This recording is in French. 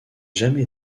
jamais